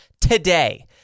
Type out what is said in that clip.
today